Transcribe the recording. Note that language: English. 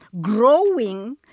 growing